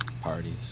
Parties